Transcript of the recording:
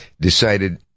decided